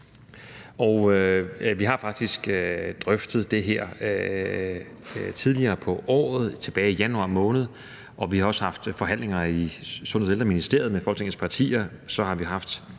Vi har faktisk drøftet det her tidligere på året tilbage i januar måned, og vi har også haft forhandlinger i Sundheds- og Ældreministeriet med Folketingets partier.